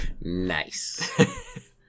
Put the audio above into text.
Nice